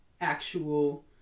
actual